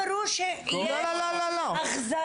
הם אמרו שיש החזרות- - לא, לא, לא.